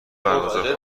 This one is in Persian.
برگزار